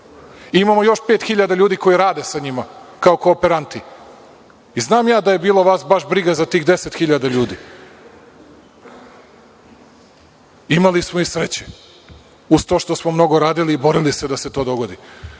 Imamo još 5.000 ljudi koji rade sa njima kao kooperanti. Znam ja da je bilo vas baš briga za tih 10.000 ljudi. Imali smo i sreće, uz to što smo mnogo radili i borili se da se to dogodi.